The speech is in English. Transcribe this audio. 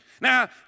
Now